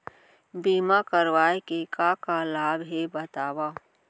बीमा करवाय के का का लाभ हे बतावव?